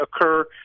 occur